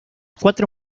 cuatro